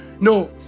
No